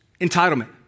entitlement